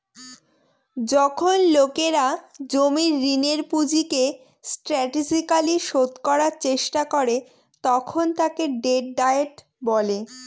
যখন লোকেরা জমির ঋণের পুঁজিকে স্ট্র্যাটেজিকালি শোধ করার চেষ্টা করে তখন তাকে ডেট ডায়েট বলে